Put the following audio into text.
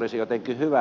olisi jotenkin hyvä